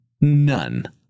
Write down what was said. None